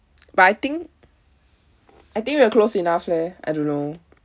but I think I think we are close enough leh I don't know